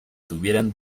tuvieran